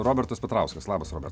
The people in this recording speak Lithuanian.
robertas petrauskas labas robertai